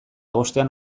bostean